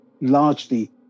largely